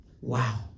Wow